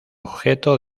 objeto